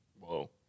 Whoa